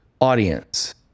audience